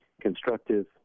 constructive